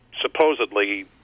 supposedly